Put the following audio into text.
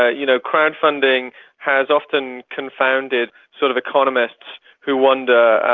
ah you know, crowd-funding has often confounded sort of economists who wonder,